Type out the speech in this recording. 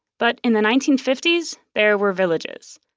but in the nineteen fifty s there were villages,